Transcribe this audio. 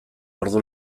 ordu